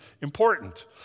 important